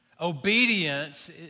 Obedience